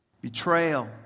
betrayal